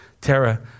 Tara